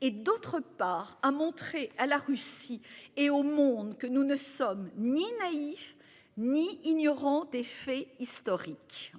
et d'autre part, à montrer à la Russie et au monde que nous ne sommes ni naïfs ni ignorants des faits historiques.